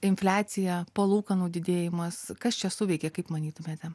infliacija palūkanų didėjimas kas čia suveikė kaip manytumėte